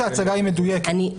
שההצגה היא מדויקת.